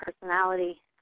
personality